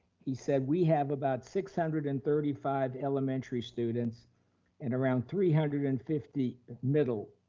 he said we have about six hundred and thirty five elementary students and around three hundred and fifty middle